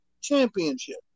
Championship